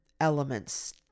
elements